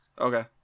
Okay